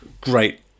great